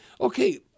okay